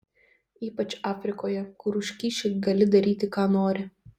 ypač afrikoje kur už kyšį gali daryti ką nori